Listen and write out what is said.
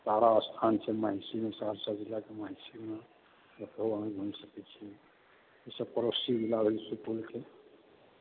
तारास्थान छै महिषीमे सहरसा जिलाके महिषीमे ओतहु अहाँ घुमि सकै छी ई सब पड़ोसी जिला भेल सुपौलके